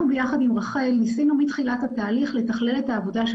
אנחנו ביחד עם רחל ניסינו מתחילת התהליך לתכלל את העבודה של